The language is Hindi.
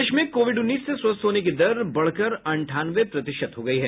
प्रदेश में कोविड उन्नीस से स्वस्थ होने की दर बढ़कर अंठानवे प्रतिशत हो गई है